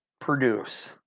produce